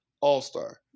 All-Star